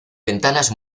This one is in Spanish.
ventanas